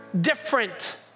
Different